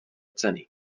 ceny